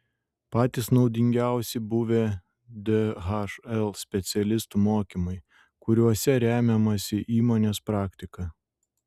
patys naudingiausi buvę dhl specialistų mokymai kuriuose remiamasi įmonės praktika